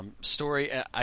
story